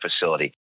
facility